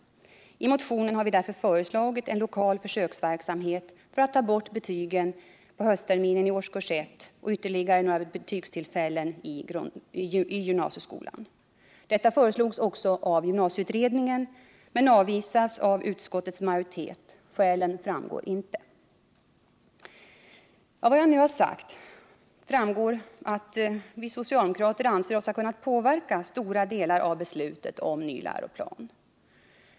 I motionen har vi därför föreslagit en lokal försöksverksamhet med att ta bort betygen på höstterminen i årskurs 1 och vid ytterligare några betygstillfällen i gymnasieskolan. Detta föreslogs också av betygsutredningen men avvisas av utskottets majoritet. Skälen framgår inte. Av vad jag nu har sagt framgår att vi socialdemokrater anser oss ha kunnat påverka stora delar av beslutet om ny läroplan.